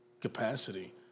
capacity